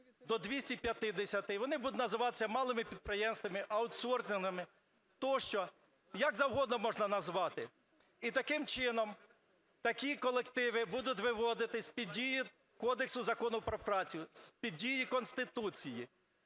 до 250, і вони будуть називатися малими підприємствами, аутсорсингами, тощо, як завгодно можна назвати. І таким чином такі колективи будуть виводитись з під дії Кодексу законів про працю, з під дії Конституції,